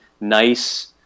nice